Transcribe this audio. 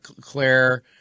Claire